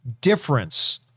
difference